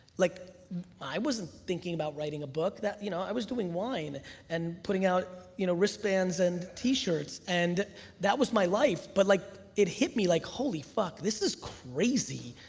like i wasn't thinking about writing a book. you know i was doing wine and putting out you know wristbands and t shirts. and that was my life but like it hit me like holy fuck, this is crazy.